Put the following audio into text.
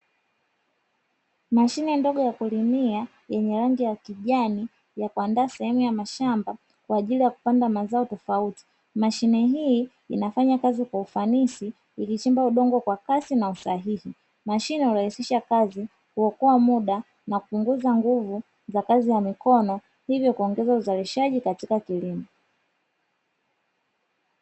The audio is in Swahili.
Mashine ndogo ya kulimia yenye rangi ya kijani, ya kuandaa sehemu ya mashamba kwa ajili ya kupanda mazao tofauti. Mashine hii inafanya kazi kwa ufanisi, ikichimba udongo kwa kasi na usahihi. Mashine hurahisisha kazi, huokoa muda na kupunguza nguvu za kazi ya mikono, hivyo kuongeza uzalishaji katika kilimo.